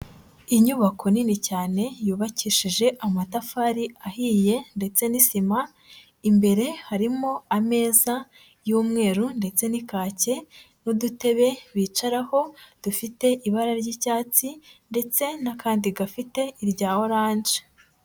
Inyubako nini cyane, yubakishije amatafari ahiye ndetse n'isima, imbere harimo ameza y'umweru ndetse n'ikake, n'udutebe bicaraho dufite ibara ry'icyatsi, ndetse n'akandi gafite irya oranje.